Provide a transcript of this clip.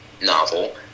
novel